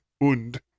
Und